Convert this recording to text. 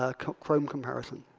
ah chrome comparison.